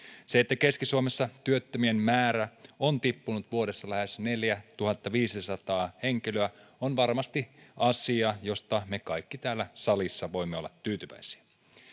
se että keski suomessa työttömien määrä on tippunut vuodessa lähes neljätuhattaviisisataa henkilöä on varmasti asia josta me kaikki täällä salissa voimme olla tyytyväisiä